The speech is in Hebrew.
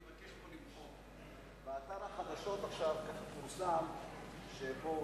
באתר החדשות פורסם עכשיו,